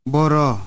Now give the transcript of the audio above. Boro